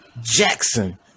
Jackson